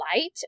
light